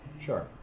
Sure